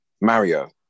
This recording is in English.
Mario